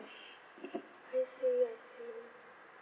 I see I see